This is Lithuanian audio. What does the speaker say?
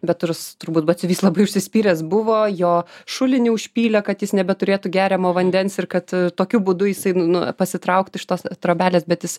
bet ir turbūt batsiuvys labai užsispyręs buvo jo šulinį užpylė kad jis nebeturėtų geriamo vandens ir kad tokiu būdu jisai nu pasitrauktų iš tos trobelės bet